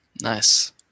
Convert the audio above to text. Nice